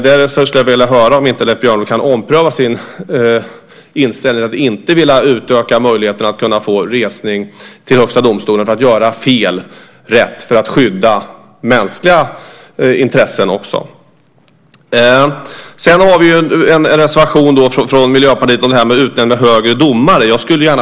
Jag skulle vilja höra om Leif Björnlod inte kan ompröva sin inställning att inte vilja utöka möjligheten att kunna få resning i Högsta domstolen för att göra fel rätt för att skydda mänskliga intressen också. Det finns en reservation från Miljöpartiet om utnämning av högre domare.